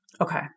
Okay